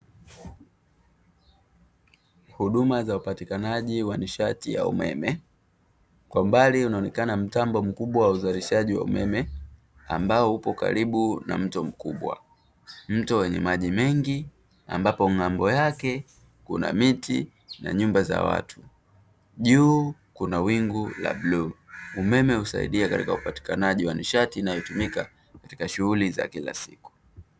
Huduma za upatikanaji wa nishati ya umeme kwa mbali unaonekana mtambo mkubwa wa uzalishaji wa umeme ambao upo karibu na mto mkubwa mto wenye maji mengi, ambapo ng'ambo yake kuna miti na nyumba za watu juu kuna wingu la bluu umeme husaidia katika upatikanaji wa nishati inayotumika katika shughuli za kila siku.